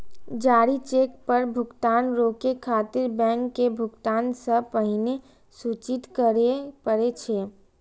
जारी चेक पर भुगतान रोकै खातिर बैंक के भुगतान सं पहिने सूचित करय पड़ै छै